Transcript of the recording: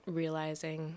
realizing